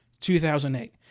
2008